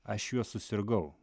aš juo susirgau